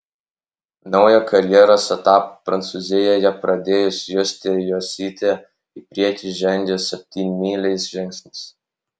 naują karjeros etapą prancūzijoje pradėjusi justė jocytė į priekį žengia septynmyliais žingsniais